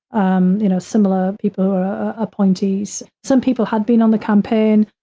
um you know, similar people who are appointees, some people had been on the campaign,